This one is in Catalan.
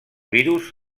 virus